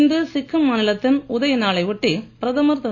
இன்று சிக்கிம் மாநிலத்தின் உதயநாளை ஒட்டி பிரதமர் திரு